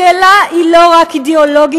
השאלה היא לא רק אידיאולוגית-פוליטית.